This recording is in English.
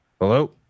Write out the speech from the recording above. Hello